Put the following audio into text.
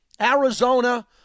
Arizona